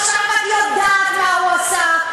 עכשיו את יודעת מה הוא עשה.